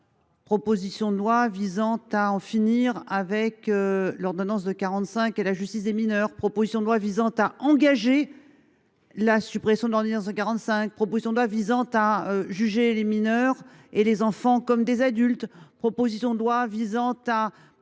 Proposition de loi visant à en finir avec l’ordonnance de 1945 et la justice des mineurs »;« Proposition de loi visant à engager la suppression de l’ordonnance de 1945 »;« Proposition de loi visant à juger les enfants comme des adultes »;« Proposition de loi visant à